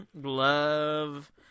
Love